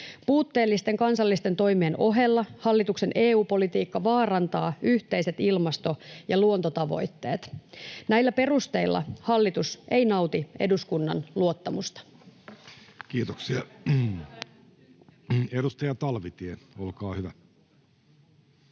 Puutteellisten kansallisten toimien ohella hallituksen EU-politiikka vaarantaa yhteiset ilmasto- ja luontotavoitteet. Näillä perusteilla hallitus ei nauti eduskunnan luottamusta. [Speech 12] Speaker: Jussi Halla-aho